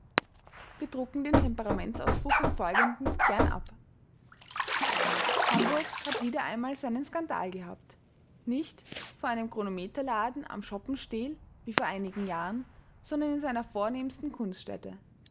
wir drucken den temperamentsausbruch im folgenden gern ab hamburg hat wieder einmal seinen skandal gehabt nicht vor einem chronometerladen am schopenstehl wie vor einigen jahren sondern in seiner vornehmsten kunststätte